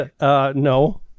no